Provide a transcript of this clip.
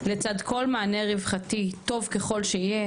לצד כל מענה רווחתי טוב ככל שיהיה,